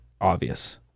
obvious